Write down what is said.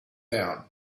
down